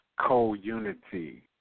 co-unity